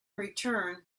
return